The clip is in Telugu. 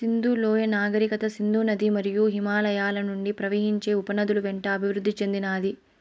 సింధు లోయ నాగరికత సింధు నది మరియు హిమాలయాల నుండి ప్రవహించే ఉపనదుల వెంట అభివృద్ది చెందినాది